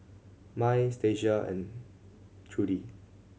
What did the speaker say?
Mai Stacia and Trudi